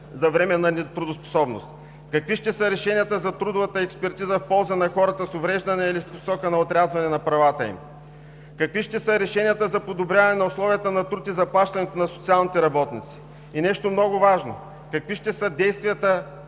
за временна нетрудоспособност? Какви ще са решенията за трудовата експертиза в полза на хората с увреждания или с посока на орязване на правата им? Какви ще са решенията за подобряване на условията на труд и заплащането на социалните работници? И нещо много важно: какви ще са действията